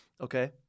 okay